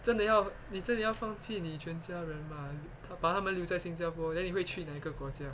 真的要你真的要放弃你全家人啊把他们留在新加坡 then 你会去哪一个国家